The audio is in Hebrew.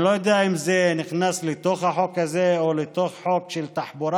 אני לא יודע אם זה נכנס לתוך החוק הזה או לתוך חוק של תחבורה,